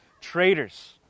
traitors